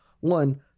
One